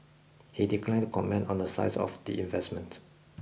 he declined to comment on the size of the investment